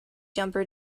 jumper